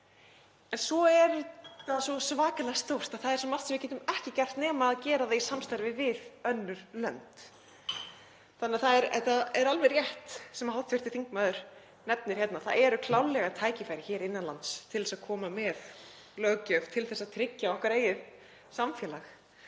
En svo er þetta svo svakalega stórt að það er svo margt sem við getum ekki gert nema gera það í samstarfi við önnur lönd. Þetta er alveg rétt sem hv. þingmaður nefnir hérna, það eru klárlega tækifæri hér innan lands til þess að koma með löggjöf til að tryggja okkar eigið samfélag.